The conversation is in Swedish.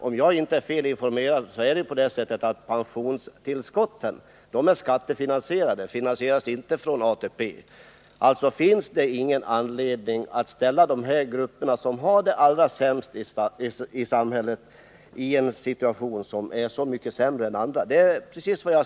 Om jag inte är fel informerad är pensionstillskotten skattefinansierade — inte finansierade via ATP. Det finns alltså ingen anledning att dessa grupper skall ställas i en situation som är mycket sämre än andras.